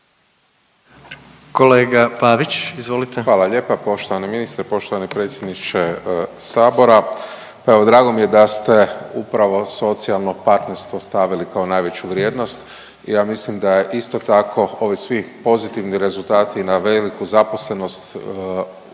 **Pavić, Marko (HDZ)** Hvala lijepa. Poštovani ministre, poštovani predsjedniče sabora. Evo drago mi je da ste upravo socijalno partnerstvo stavili kao najveću vrijednost. Ja mislim da je isto tako ovi svi pozitivni rezultati na veliku zaposlenost rekordno